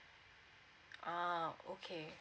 oh okay